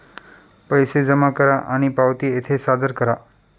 पैसे जमा करा आणि पावती येथे सादर करा